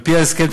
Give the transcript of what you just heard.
על-פי ההסכם,